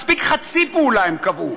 מספיק חצי פעולה, הם קבעו.